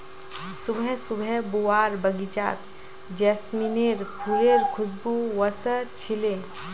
सुबह सुबह बुआर बगीचात जैस्मीनेर फुलेर खुशबू व स छिले